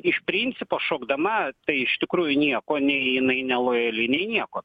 iš principo šokdama tai iš tikrųjų nieko nei jinai nelojali nei nieko